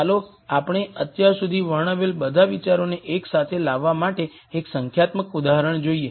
ચાલો આપણે અત્યાર સુધી વર્ણવેલ બધા વિચારોને એક સાથે લાવવા માટે એક સંખ્યાત્મક ઉદાહરણ જોઈએ